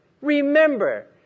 Remember